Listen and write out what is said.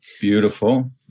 beautiful